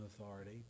authority